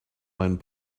mind